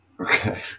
Okay